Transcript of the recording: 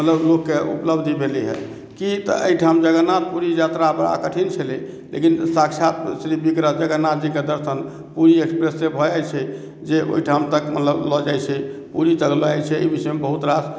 लोकके उपलब्धि भेलै हँ कि तऽ एहिठाम जगन्नाथ पुरी यात्रा बड़ा कठिन छलै लेकिन साक्षात श्रीविग्रह जगन्नाथजीके दर्शन पुरी एक्सप्रेससँ भऽ जाइ छै जे ओहिठाम तक मतलब लऽ जाइ छै पुरी तक लऽ जाइ छै एहि विषयमे बहुत रास